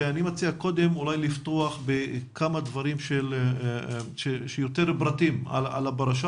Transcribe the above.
אני מציע שנפתח בכמה דברים שייתנו יותר פרטים על הפרשה,